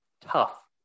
tough